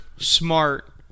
smart